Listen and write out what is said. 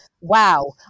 Wow